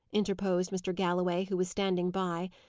interposed mr. galloway, who was standing by.